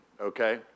okay